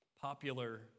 popular